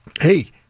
hey